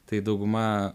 tai dauguma